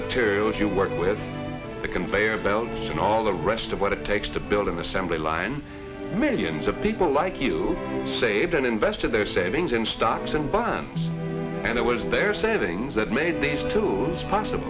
materials you work with the conveyor belts and all the rest of what it takes to build an assembly line millions of people like you saved and invested their savings in stocks and bonds and it was their savings that made these to